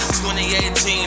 2018